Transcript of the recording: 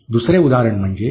दुसरे उदाहरण म्हणजे